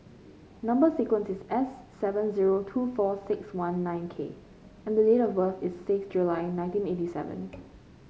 number sequence is S seven zero two four six one nine K and the date of birth is six July nineteen eighty seven